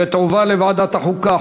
ותועבר לוועדת החוקה,